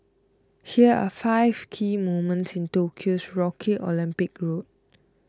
here are five key moments in Tokyo's rocky Olympic road